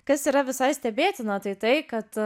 kas yra visai stebėtino tai tai kad